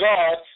God